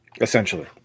essentially